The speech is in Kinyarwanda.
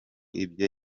ibyo